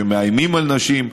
שמאיימים על נשים,